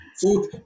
food